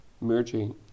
merging